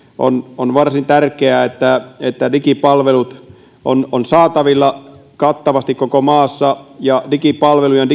on on varsin tärkeää että että digipalvelut ovat saatavilla kattavasti koko maassa digipalvelujen